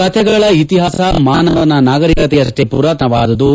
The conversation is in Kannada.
ಕತೆಗಳ ಇತಿಹಾಸ ಮಾನವನ ನಾಗರಿಕತೆಯಷ್ಲೇ ಪುರಾತನವಾದದ್ದು